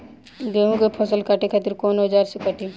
गेहूं के फसल काटे खातिर कोवन औजार से कटी?